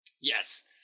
Yes